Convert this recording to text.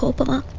ah but,